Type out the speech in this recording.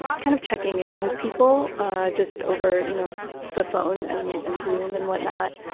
kind of checking in with people ah just over you know the phone and in zoom and whatnot,